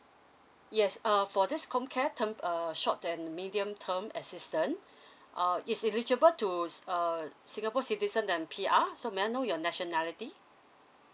yes err for this com care term err short then medium term assistant uh is eligible to s~ err singapore citizen then P_R so may I know your nationality